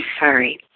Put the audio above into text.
sorry